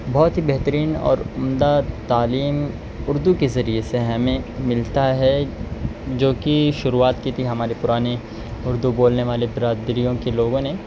بہت ہی بہترین اور عمدہ تعلیم اردو کے ذریعے سے ہمیں ملتا ہے جو کہ شروعات کی تھیں ہمارے پرانے اردو بولنے والے برادریوں کے لوگوں نے